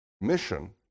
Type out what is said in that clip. mission